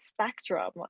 spectrum